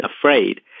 afraid